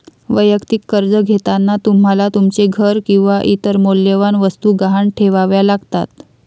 वैयक्तिक कर्ज घेताना तुम्हाला तुमचे घर किंवा इतर मौल्यवान वस्तू गहाण ठेवाव्या लागतात